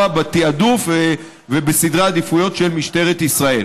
בתעדוף ובסדרי העדיפות של משטרת ישראל.